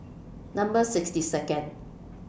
Number sixty Second